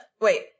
wait